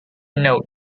node